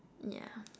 yeah